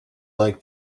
like